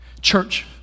church